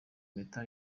impeta